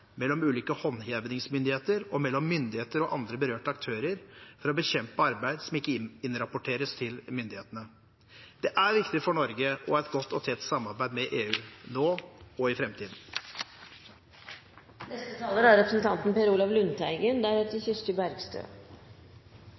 mellom ulike håndhevingsmyndigheter og mellom myndighetene og andre berørte aktører for å bekjempe arbeid som ikke innrapporteres til myndighetene. Det er viktig for Norge å ha et godt og tett samarbeid med EU – nå og i